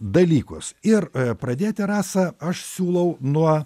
dalykus ir pradėti rasa aš siūlau nuo